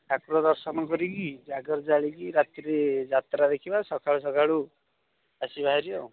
ଠାକୁର ଦର୍ଶନ କରିକି ଜାଗର ଜାଳିକି ରାତିରେ ଯାତ୍ରା ଦେଖିବା ସକାଳୁ ସକାଳୁ ଆସିବା ହେରି ଆଉ